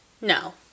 No